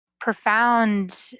profound